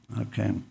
Okay